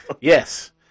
Yes